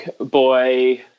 boy